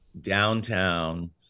downtown